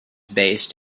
based